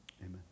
Amen